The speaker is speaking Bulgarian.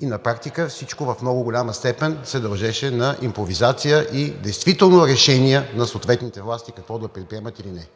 и на практика всичко в много голяма степен се дължеше на импровизация и действително на решения на съответните власти какво да предприемат или не.